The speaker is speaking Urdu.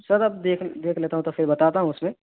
سر اب دیکھ دیکھ لیتا ہوں تو پھر بتاتا ہوں اس میں